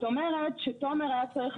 כל בן אדם מוכן ללכת בכל שעה, בכל